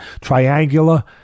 triangular